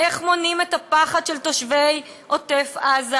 איך מונעים את הפחד של תושבי עוטף עזה?